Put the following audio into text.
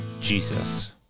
Jesus